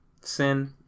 sin